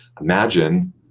Imagine